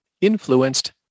influenced